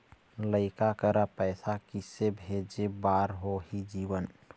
लइका करा पैसा किसे भेजे बार होही जीवन